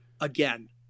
again